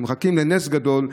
שמחכים לנס גדול,